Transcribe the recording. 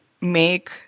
make